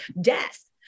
death